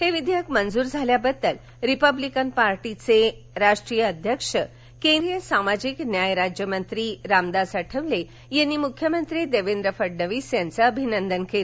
हे विधेयक मंजूर झाल्याबद्दल रिपब्लिकन पक्षाचे राष्ट्रीय अध्यक्ष केंद्रीय सामाजिक न्याय राज्यमंत्री रामदास आठवले यांनी मुख्यमंत्री देवेंद्र फडणवीस यांच अभिनंदन केलं